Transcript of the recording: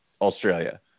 Australia